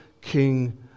king